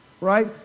Right